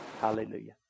Hallelujah